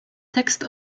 tekst